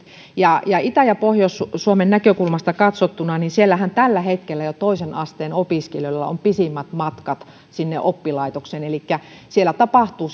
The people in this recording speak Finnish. itä ja pohjois suomen näkökulmasta katsottunahan tällä hetkellä toisen asteen opiskelijoilla on pisimmät matkat oppilaitokseen elikkä siellä tapahtuu